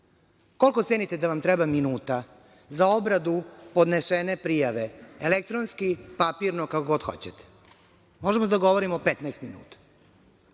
Koliko cenite da vam treba minuta za obradu podnesene prijave elektronski, papirno, kako god hoćete? Možemo da se dogovorimo 15 minuta,